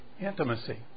intimacy